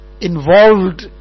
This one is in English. involved